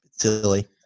Silly